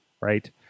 right